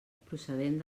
procedent